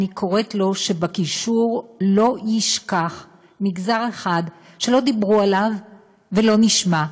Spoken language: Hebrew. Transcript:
אני קוראת לו שבגישור לא ישכח מגזר אחד שלא דיברו עליו ולא נשמע,